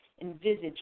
envisage